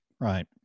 Right